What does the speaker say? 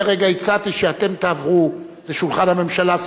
אני הרגע הצעתי שאתם תעברו לשולחן הממשלה,